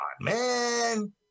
man